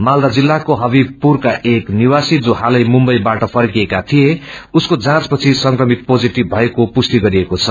मालदा जिल्लाको हविवपुरकाएक निवासी जो हालै मुम्बईबाट फर्किएका थिए उसको जाँचपछि संक्रमित पोजेटिष भएको पुष्टि गरिएको छ